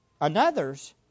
another's